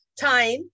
time